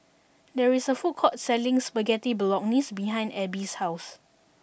there is a food court selling Spaghetti Bolognese behind Ebbie's house